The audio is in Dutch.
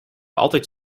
altijd